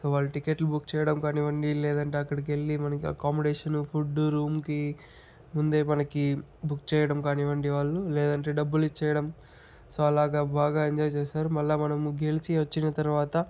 so వాళ్ళకి టికెట్లు book చెయ్యడం కానివ్వండి లేదంటే అక్కడికి వెళ్లి మనకి అకామిడేషన్ ఫుడ్ రూమ్కి ముందే మనకి బుక్ చేయడం కానివ్వండి వాళ్ళు లేదంటే డబ్బులు ఇచ్చెయ్యడం సో అలాగా బాగా ఎంజాయ్ చేస్తారు సో మళ్ళీ మనము గెలిచి వచ్చిన తర్వాత